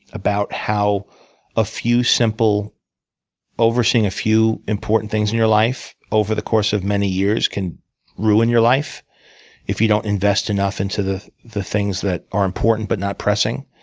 about how a few simple overseeing a few important things in your life over the course of many years can ruin your life if you don't invest enough into the the things that are important, but not pressing.